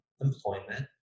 employment